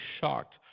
shocked